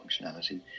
functionality